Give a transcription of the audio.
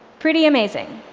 pretty amazing.